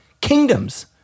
kingdoms